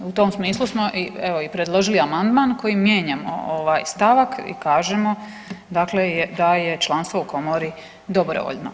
U tom smislu smo i evo, i predložili amandman kojim mijenjamo ovaj stavak i kažemo, dakle da je članstvo u Komori dobrovoljno.